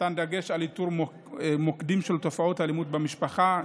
דגש על איתור מוקדים של תופעות אלימות במשפחה,